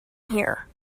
here